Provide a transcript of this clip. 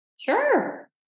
Sure